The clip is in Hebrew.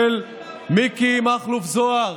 אני מפנה אתכם למאמרו הגדול של מיקי מכלוף זוהר